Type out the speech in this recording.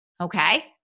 Okay